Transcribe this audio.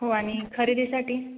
हो आणि खरेदीसाठी